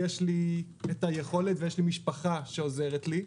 יש לי את היכולת ויש לי משפחה שעוזרת לי.